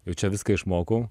jau čia viską išmokau